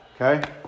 Okay